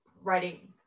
writing